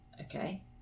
Okay